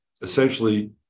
essentially